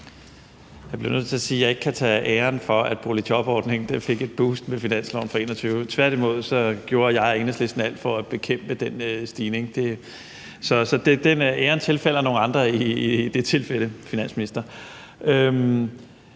Jeg bliver nødt til at sige, at jeg ikke kan tage æren for, at boligjobordningen fik et boost med finansloven for 2021. Tværtimod gjorde jeg og Enhedslisten alt for at bekæmpe den stigning, så æren tilfalder nogle andre i det tilfælde, finansminister.